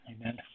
Amen